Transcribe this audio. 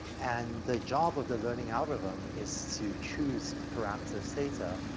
and the job of the learning algorithm is to choose parameters theta,